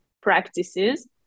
practices